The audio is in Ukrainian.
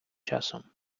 часом